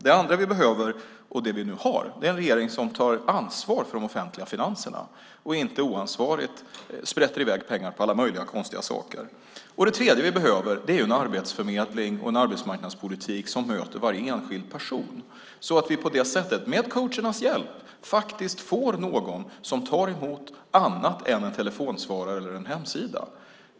Det andra vi behöver, och det vi nu har, är en regering som tar ansvar för de offentliga finanserna och inte oansvarigt sprätter iväg pengar på alla möjliga konstiga saker. Det tredje vi behöver är en arbetsförmedling och en arbetsmarknadspolitik som möter varje enskild person så att vi på det sättet, med coachernas hjälp, faktiskt får någon som tar emot, annat än en telefonsvarare eller en hemsida.